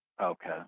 Okay